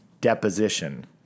deposition